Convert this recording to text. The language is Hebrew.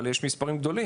אבל יש פה מספרים גדולים.